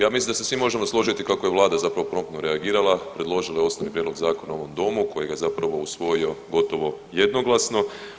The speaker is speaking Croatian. Ja mislim da se svi možemo složiti kako je Vlada zapravo promptno reagirala, predložila je osnovni prijedlog zakona u ovom domu kojega je zapravo usvojio gotovo jednoglasno.